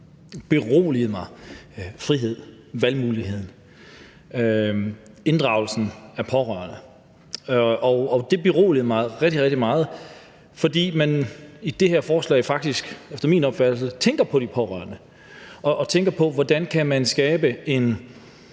som beroligede mig, altså frihed, valgmuligheden, inddragelsen af pårørende. Det beroligede mig rigtig, rigtig meget, fordi man i det her forslag faktisk – efter min opfattelse – tænker på de pårørende og tænker på, hvordan man kan skabe en